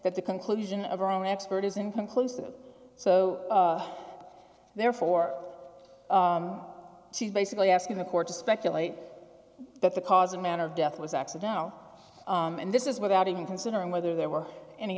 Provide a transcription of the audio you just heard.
that the conclusion of her own expert is inconclusive so therefore she's basically asking the court to speculate that the cause and manner of death was accidental and this is without even considering whether there were any